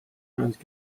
naised